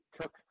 took